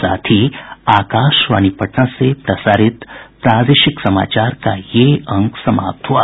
इसके साथ ही आकाशवाणी पटना से प्रसारित प्रादेशिक समाचार का ये अंक समाप्त हुआ